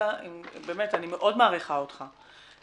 אני באמת מאוד מעריכה אותך,